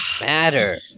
Matter